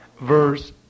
verse